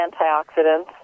antioxidants